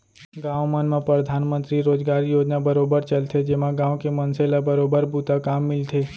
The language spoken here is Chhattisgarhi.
गाँव मन म परधानमंतरी रोजगार योजना बरोबर चलथे जेमा गाँव के मनसे ल बरोबर बूता काम मिलथे